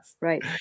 Right